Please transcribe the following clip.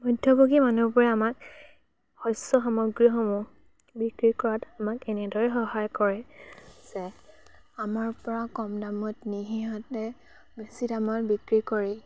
মধ্যভোগী মানুহবোৰে আমাক শস্য সামগ্ৰীসমূহ বিক্ৰী কৰাত আমাক এনেদৰে সহায় কৰে যে আমাৰ পৰা কম দামত নি সিহঁতে বেছি দামত বিক্ৰী কৰি